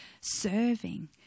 serving